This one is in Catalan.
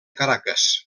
caracas